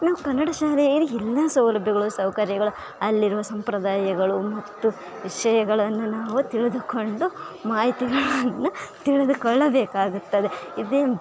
ನಾವು ಕನ್ನಡ ಶಾಲೆಯಲ್ಲಿ ಎಲ್ಲ ಸೌಲಭ್ಯಗಳು ಸೌಕರ್ಯಗಳು ಅಲ್ಲಿರುವ ಸಂಪ್ರದಾಯಗಳು ಮತ್ತು ವಿಷಯಗಳನ್ನು ನಾವು ತಿಳಿದುಕೊಂಡು ಮಾಹಿತಿಗಳನ್ನು ತಿಳಿದುಕೊಳ್ಳಬೇಕಾಗುತ್ತದೆ ಇದೇ